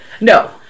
No